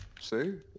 see